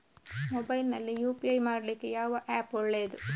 Mobile ನಲ್ಲಿ UPI ಮಾಡ್ಲಿಕ್ಕೆ ಯಾವ ಆ್ಯಪ್ ಒಳ್ಳೇದು?